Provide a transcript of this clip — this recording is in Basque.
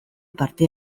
parte